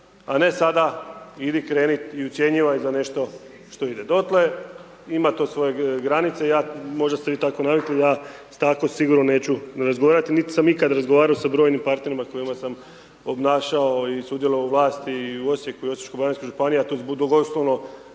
a ne sada idi, kreni i ucjenjivaj za nešto što ide. Dotle ima to svoje granice, možda ste vi tako navikli, ja tako sigurno neću razgovarati nit sam ikad razgovarati sa brojnim partnerima s kojima sam obnašao i sudjelovao u vlasti i u Osijeku i Osječko-baranjskoj županiji a .../Govornik